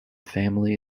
family